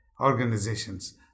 organizations